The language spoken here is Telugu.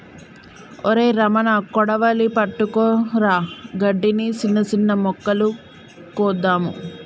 ఒరై రమణ కొడవలి పట్టుకురా గడ్డిని, సిన్న సిన్న మొక్కలు కోద్దాము